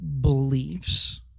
beliefs